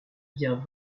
bien